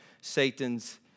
Satan's